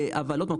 אבל עוד פעם,